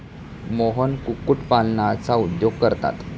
मोहन कुक्कुटपालनाचा उद्योग करतात